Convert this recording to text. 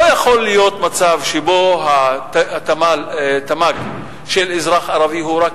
לא יכול להיות מצב שבו התמ"ג של אזרח ערבי הוא רק